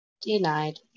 Denied